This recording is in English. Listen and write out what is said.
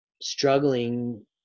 struggling